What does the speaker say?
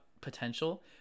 potential